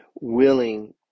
willing